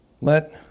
Let